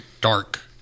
dark